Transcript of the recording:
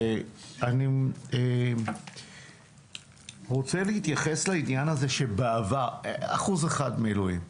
ואני רוצה להתייחס לעניין הזה שבעבר אחוז אחד מילואים,